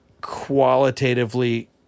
qualitatively